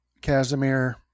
Casimir